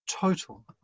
total